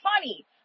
funny